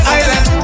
island